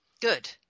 Good